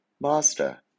Master